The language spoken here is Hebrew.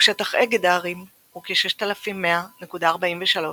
ושטח אגד הערים הוא כ־6,100.43 קמ"ר.